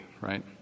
right